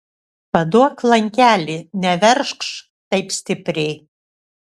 paduok lankelį neveržk taip stipriai